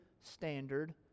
standard